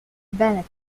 bennett